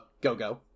Go-Go